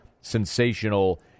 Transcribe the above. sensational